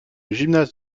gymnase